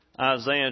Isaiah